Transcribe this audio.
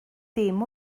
dim